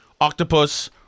octopus